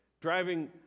Driving